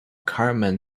cartman